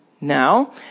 Now